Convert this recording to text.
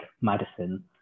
Madison